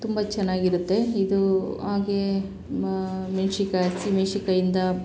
ತುಂಬ ಚೆನ್ನಾಗಿರುತ್ತೆ ಇದು ಹಾಗೇ ಮಾ ಮೆಣ್ಶಿನ್ಕಾಯ್ ಹಸಿಮೆಣ್ಶಿನ್ಕಾಯಿಂದ